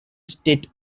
state